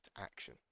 action